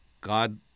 God